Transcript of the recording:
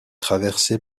traversée